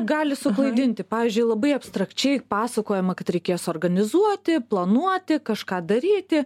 gali suklaidinti pavyzdžiui labai abstrakčiai pasakojama kad reikės organizuoti planuoti kažką daryti